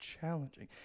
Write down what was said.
challenging